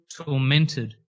tormented